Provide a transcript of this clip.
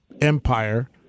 empire